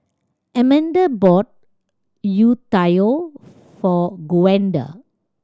Amanda bought youtiao for Gwenda